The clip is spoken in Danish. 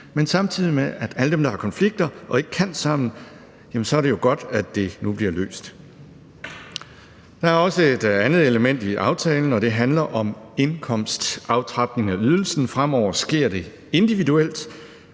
det samtidig er for alle dem, der har konflikter og ikke kan sammen, og så er det jo godt, at det nu bliver løst. Der er også et andet element i aftalen, og det handler om en indkomstaftrapning af ydelsen. Fremover sker det individuelt,